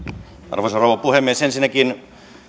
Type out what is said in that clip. arvoisa rouva puhemies ensinnäkin